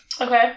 Okay